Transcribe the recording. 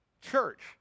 church